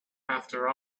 after